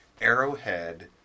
Arrowhead